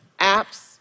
apps